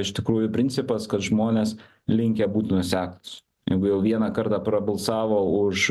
iš tikrųjų principas kad žmonės linkę būt nuoseklūs jeigu jau vieną kartą prabalsavo už